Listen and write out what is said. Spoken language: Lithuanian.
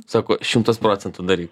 sako šimtas procentų daryk